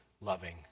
loving